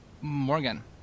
Morgan